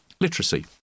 literacy